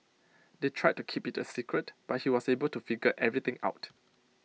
they tried to keep IT A secret but he was able to figure everything out